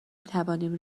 میتوانیم